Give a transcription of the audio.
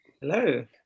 Hello